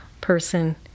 person